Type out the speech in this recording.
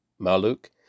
Maluk